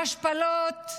והשפלות.